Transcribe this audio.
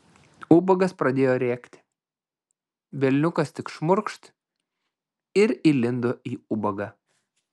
ubagas pradėjo rėkti velniukas tik šmurkšt ir įlindo į ubagą